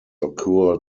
occur